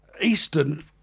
eastern